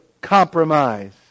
compromise